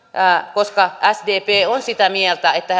koska sdp on sitä mieltä että